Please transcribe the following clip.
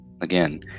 again